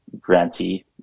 grantee